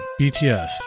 BTS